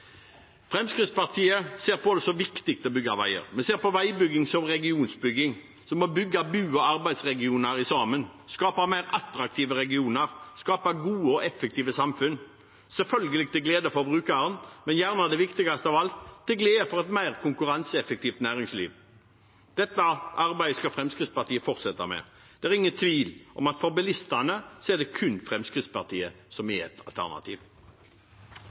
Fremskrittspartiet ser på det som viktig å bygge veier. Vi ser på veibygging som regionbygging, som å knytte bo- og arbeidsregioner sammen, skape mer attraktive regioner, skape gode og effektive samfunn – selvfølgelig til glede for brukeren, men kanskje viktigst av alt til glede for et mer konkurranseeffektivt næringsliv. Dette arbeidet skal Fremskrittspartiet fortsette med. Det er ingen tvil om at for bilistene er det kun Fremskrittspartiet som er et alternativ.